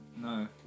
No